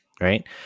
Right